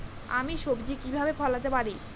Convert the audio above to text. আমি সবজি কিভাবে ফলাতে পারি?